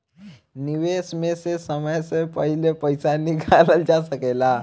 निवेश में से समय से पहले पईसा निकालल जा सेकला?